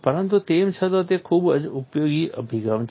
પરંતુ તેમ છતાં તે ખૂબ જ ઉપયોગી અભિગમ છે